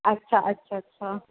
अच्छा अच्छा छा